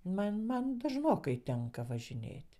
man man dažnokai tenka važinėt